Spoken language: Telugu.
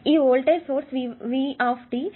ఈ వోల్టేజ్ సోర్స్ V